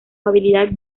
habilidad